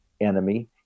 enemy